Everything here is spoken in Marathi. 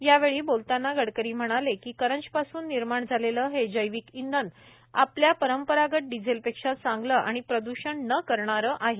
यावेळी बोलताना गडकरी म्हणाले कीकरंजपासून निर्माण झालेलं हे जैविक इंधन आपल्या परंपरागत डिझेलपेक्षा चांगलं आणि प्रद्वषण न करणारं आहे